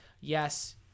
yes